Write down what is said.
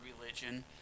religion